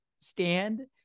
stand